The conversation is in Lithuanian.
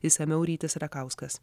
išsamiau rytis rakauskas